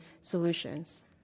solutions